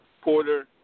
Porter